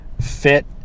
fit